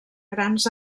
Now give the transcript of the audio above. grans